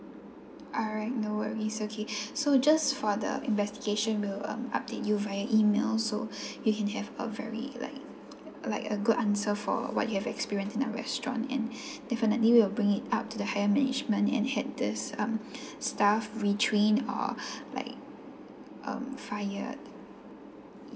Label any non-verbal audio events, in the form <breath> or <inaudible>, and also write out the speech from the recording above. alright no worries okay <breath> so just for the investigation we'll um update you via email so <breath> you can have a very like like a good answer for what you have experience in our restaurant and <breath> definitely we'll bring it up to the higher management and had this um <breath> staff retrain or <breath> like um fired